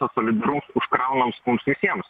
tas solidaraus užkraunams mums visiems